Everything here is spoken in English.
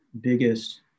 biggest